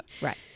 Right